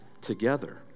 together